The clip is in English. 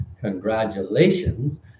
congratulations